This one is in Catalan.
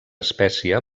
espècie